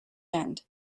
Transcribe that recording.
end